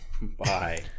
Bye